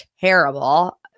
terrible